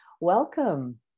Welcome